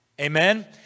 amen